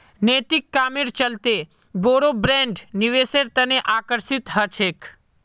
नैतिक कामेर चलते बोरो ब्रैंड निवेशेर तने आकर्षित ह छेक